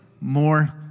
more